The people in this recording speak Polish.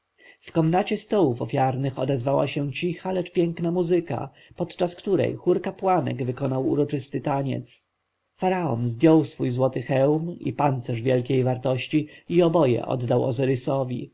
w komnacie stołów ofiarnych odezwała się cicha lecz piękna muzyka podczas której chór kapłanek wykonał uroczysty taniec faraon zdjął swój złoty hełm i pancerz wielkiej wartości i oboje oddał ozyrysowi